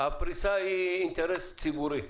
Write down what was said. הפריסה היא אינטרס ציבורי.